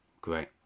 Great